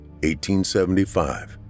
1875